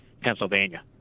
Pennsylvania